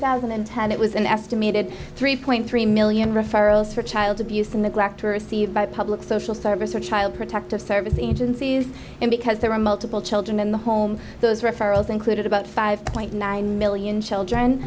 thousand and ten it was an estimated three three million referrals for child abuse and neglect received by public social service or child protective services agencies and because there were multiple children in the home those referrals included about five point nine million children